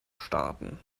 starten